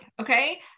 Okay